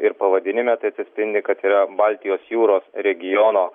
ir pavadinime tai atsispindi kad yra baltijos jūros regiono